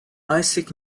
isaac